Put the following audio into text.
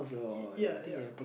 ya ya